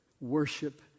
worship